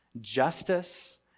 justice